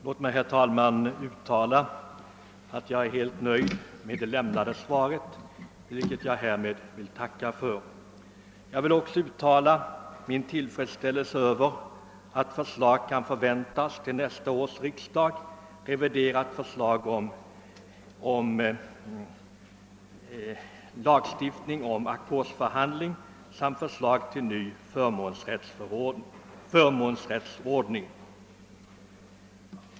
Låt mig, herr talman, säga att jag är helt nöjd med det lämnade svaret för vilket jag härmed vill tacka. Jag vill också uttala min tillfredsställelse över att ett reviderat förslag kan förväntas till nästa års riksdag om lagstiftning rörande ackordsförhandling och ny förmånsrätisordning.